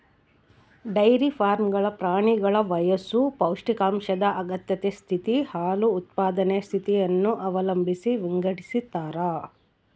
dairy ಫಾರ್ಮ್ಗಳು ಪ್ರಾಣಿಗಳ ವಯಸ್ಸು ಪೌಷ್ಟಿಕಾಂಶದ ಅಗತ್ಯತೆ ಸ್ಥಿತಿ, ಹಾಲು ಉತ್ಪಾದನೆಯ ಸ್ಥಿತಿಯನ್ನು ಅವಲಂಬಿಸಿ ವಿಂಗಡಿಸತಾರ